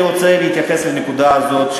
אני רוצה להתייחס לנקודה הזאת,